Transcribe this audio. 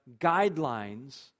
guidelines